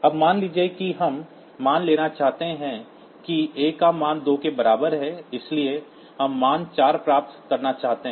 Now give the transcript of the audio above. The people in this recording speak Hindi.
अब मान लीजिए कि हम मान लेना चाहते हैं कि a का मान 2 के बराबर है इसलिए हम मान 4 प्राप्त करना चाहते हैं